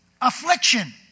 affliction